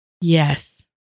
Yes